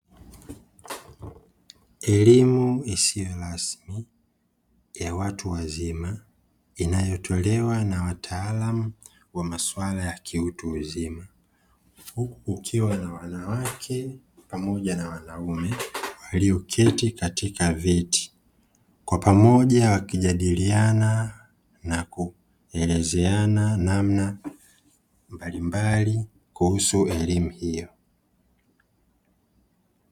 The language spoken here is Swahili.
Elimu isiyo rasmi, ya watu wazima inayotolewa na wataalamu wa masuala ya kiutu uzima. Huku kukiwa na wanawake pamoja na wanaume walioketi katika viti. Kwa pamoja wakijadiliana na kuelezeana namna mbalimbali kuhusu elimu hiyo.